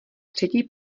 třetí